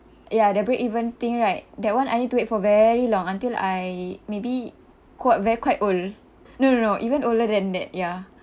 ya the breakeven thing right that one I need to wait for very long until I maybe qua~ very quite old no no no even older than that ya